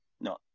no